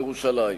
ירושלים.